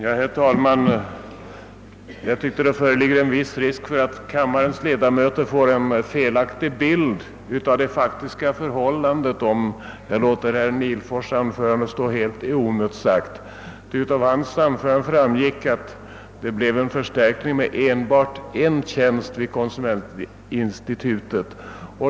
Herr talman! Jag tycker att det föreligger en viss risk för att kammarens ledamöter får en felaktig bild av det faktiska förhållandet, om jag låter herr Nihlfors” anförande stå helt oemotsagt. Av hans anförande framgick att det skulle bli en förstärkning med enbart en tjänst vid konsumentinstitutet.